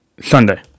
Sunday